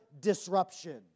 disruption